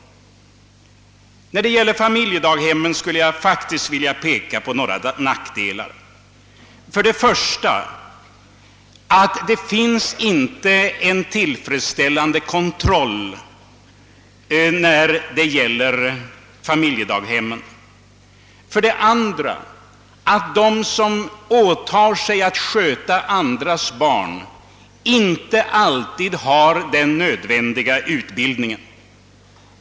När det gäller familjedaghemmen skulle jag faktiskt vilja peka på några nackdelar: för det första finns det inte en tillfredsställande kontroll i fråga om dem; för det andra kan sägas att de som åtar sig att sköta andras barn inte alltid har den nödvändiga utbildningen.